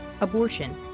abortion